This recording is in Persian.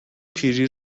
پیری